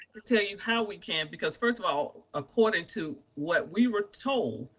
i'll tell you how we can, because first of all, according to what we were told,